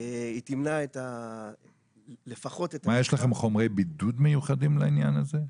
היא תמנע לפחות את --- מה יש לכם חומרי בידוד מיוחדים לעניין הזה?